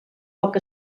poc